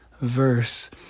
verse